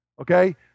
Okay